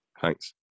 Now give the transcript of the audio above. Thanks